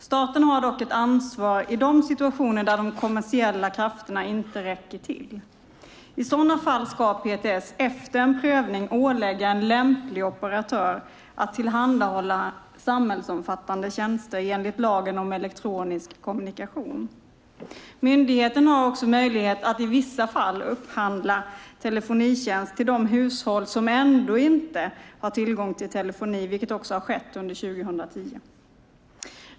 Staten har dock ett ansvar i de situationer där de kommersiella krafterna inte räcker till. I sådana fall ska PTS efter en prövning ålägga en lämplig operatör att tillhandahålla samhällsomfattande tjänster, enligt lagen om elektronisk kommunikation. Myndigheten har också möjlighet att i vissa fall upphandla telefonitjänst till de hushåll som ändå inte har tillgång till telefoni, vilket också har skett under 2010.